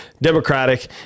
Democratic